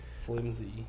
Flimsy